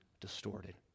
distorted